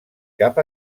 cap